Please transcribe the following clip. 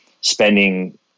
spending